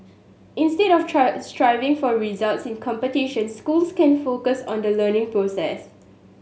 instead of striving for results in competitions schools can focus on the learning process